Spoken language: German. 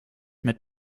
mit